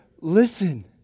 listen